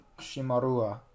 Shimarua